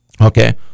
Okay